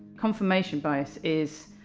confirmation bias is